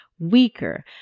weaker